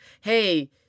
hey